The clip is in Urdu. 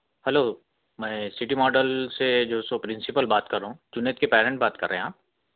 ہیلو میں سٹی ماڈل سے جو سو پرنسپل بات کر رہا ہوں جنید کے پیرینٹ بات کر رہے ہیں آپ